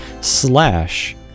slash